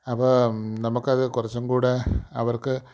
അപ്പ നമ്മൾക്ക് അത് കുറച്ചും കൂടെ അവർക്ക്